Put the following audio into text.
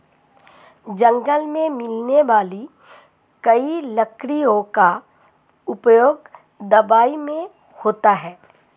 जंगल मे मिलने वाली कई लकड़ियों का उपयोग दवाई मे होता है